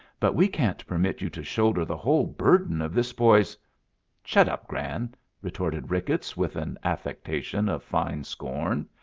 but we can't permit you to shoulder the whole burden of this boy's shut up, gran! retorted ricketts, with an affectation of fine scorn.